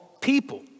people